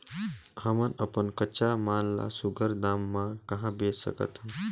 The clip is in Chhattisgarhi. हमन अपन कच्चा माल ल सुघ्घर दाम म कहा बेच सकथन?